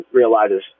realizes